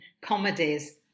comedies